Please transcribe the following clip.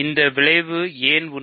இந்த விளைவு ஏன் உண்மை